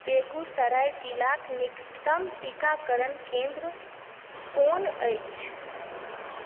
बेगूसराय जिलाक निकटतम टीकाकरण केन्द्र कोन अछि